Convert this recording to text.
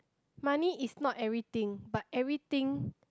money is not everything but everything